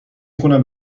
خونم